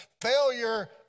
failure